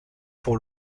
pour